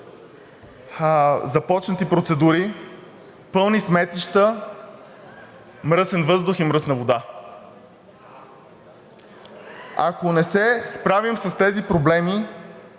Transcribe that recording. започнати процедури, пълни сметища, мръсен въздух и мръсна вода. Ако не се справим с тези проблеми,